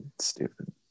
Stupid